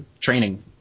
training